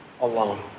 alone